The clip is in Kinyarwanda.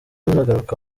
azagaruka